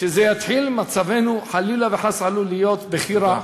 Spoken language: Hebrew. כשזה יתחיל מצבנו חלילה וחס עלול להיות בכי רע,